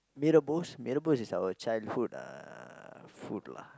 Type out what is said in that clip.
mee rebus mee rebus is our child food uh food lah